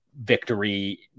victory